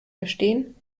verstehen